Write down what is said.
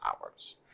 hours